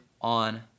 on